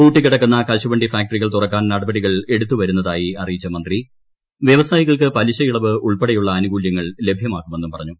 പൂട്ടി കിടക്കുന്ന കശുവണ്ടി ഫാക്ടറികൾ തുറക്കാൻ നടപടികൾ എടുത്തു വരുന്നതായി അറിയിച്ച മന്ത്രി വ്യവസായികൾക്ക് പലിശയിളവ് ഉൾപ്പെടെയുള്ള ആനുകൂല്യങ്ങൾ ലഭ്യമാക്കുമെന്നും പറഞ്ഞു